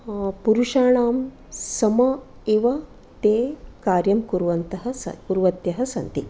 पुरुषाणां सम एव ते कार्यं कुर्वन्तः कुर्वत्यः सन्ति